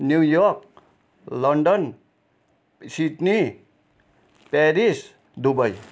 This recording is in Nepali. new York London Sydney Paris Dubai